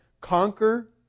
conquer